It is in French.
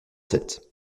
sept